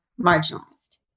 marginalized